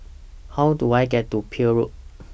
How Do I get to Peel Road